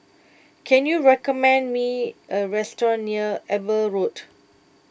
can you recommend me a restaurant near Eber Road